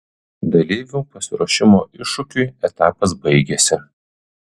dalyvių pasiruošimo iššūkiui etapas baigiasi